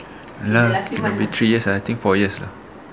lah cannot be three years ah I think four years lah